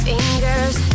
Fingers